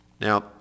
Now